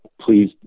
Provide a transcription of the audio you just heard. please